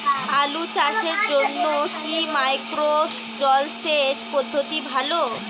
আলু চাষের জন্য কি মাইক্রো জলসেচ পদ্ধতি ভালো?